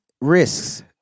risks